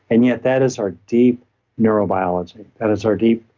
and yet that is our deep neurobiology. that is our deep